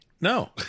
no